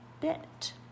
bit